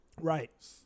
right